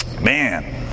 Man